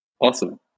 Awesome